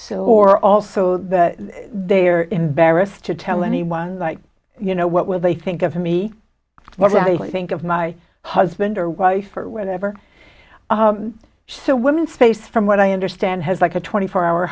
so or also that they are embarrassed to tell anyone like you know what will they think of me what i think of my husband or wife or whatever so women face from what i understand has like a twenty four hour